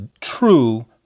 true